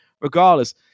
Regardless